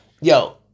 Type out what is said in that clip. Yo